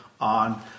on